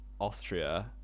Austria